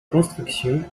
construction